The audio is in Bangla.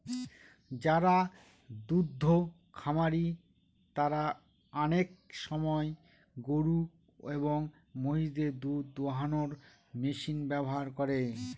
যারা দুদ্ধ খামারি তারা আনেক সময় গরু এবং মহিষদের দুধ দোহানোর মেশিন ব্যবহার করে